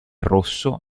rosso